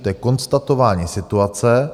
To je konstatování situace.